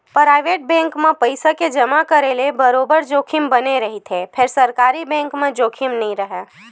private bank म पइसा के जमा करे ले बरोबर जोखिम बने रहिथे फेर सरकारी बेंक म जोखिम नइ राहय